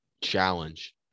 challenge